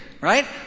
right